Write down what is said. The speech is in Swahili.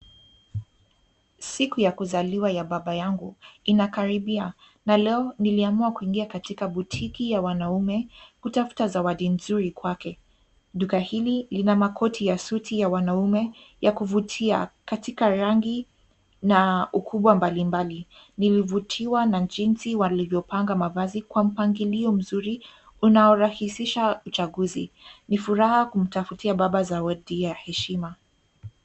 Siku ya kuzaliwa ya baba yangu inakaribia na leo niliamua katika boutique ya wanaume kutafuta zawadi nzuri kwake. Duka hili lina makoti ya suti ya wanaume ya kuvutia katika rangi na ukubwa mbalimbali. Nilivutiwa na jinsi walivyopanga mavazi kwa mpangilio mzuri unaorahisisha uchaguzi. Ni furaha kumtafutia baba zawadi ya heshima.